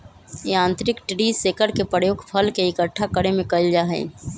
यांत्रिक tree shaker के प्रयोग फल के इक्कठा करे में कइल जाहई